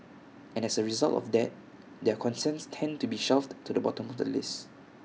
and as A result of that their concerns tend to be shoved to the bottom of the list